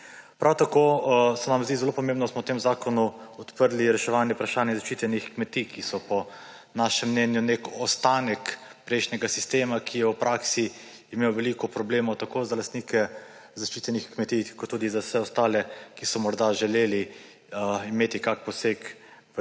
Prav tako se nam zdi zelo pomembno, da smo v tem zakonu odprli reševanje vprašanja zaščitenih kmetij, ki so po našem mnenju nek ostanek prejšnjega sistema, ki je v praksi imel veliko problemov tako za lastnike zaščitenih kmetij kot tudi za vse ostale, ki so morda želeli imeti kak poseg